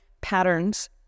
patterns